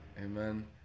Amen